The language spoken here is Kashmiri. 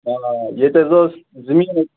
آ آ یتیٚتھ اوس زٔمیٖن